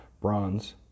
Bronze